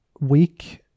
week